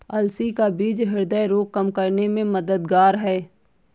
अलसी का बीज ह्रदय रोग कम करने में मददगार है